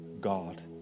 God